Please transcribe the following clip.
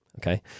okay